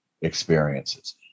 experiences